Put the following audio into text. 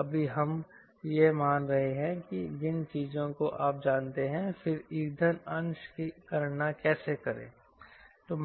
अभी हम यह मान रहे हैं कि जिन चीजों को आप जानते हैं फिर ईंधन अंश की गणना कैसे करें